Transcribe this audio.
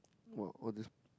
!wah! all these